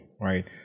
right